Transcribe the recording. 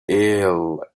ill